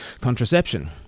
contraception